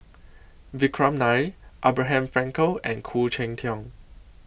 Vikram Nair Abraham Frankel and Khoo Cheng Tiong